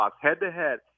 head-to-head